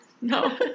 No